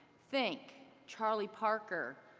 think charlie parker,